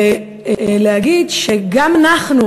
ולהגיד שגם אנחנו,